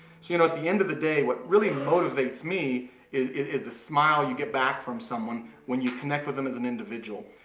so you know at the end of the day what really motivates me is the smile you get back from someone when you connect with them as an individual.